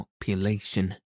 population